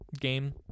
game